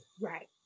Right